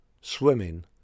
swimming